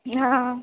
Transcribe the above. हां